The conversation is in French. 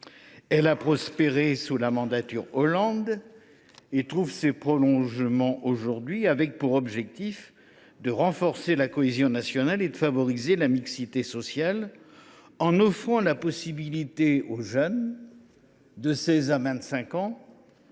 Il a prospéré sous la présidence Hollande et trouve son prolongement aujourd’hui, avec comme objectif le renforcement de la cohésion nationale et de la mixité sociale, en offrant la possibilité aux jeunes de 16 à 25 ans